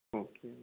okay okay